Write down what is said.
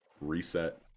reset